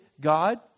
God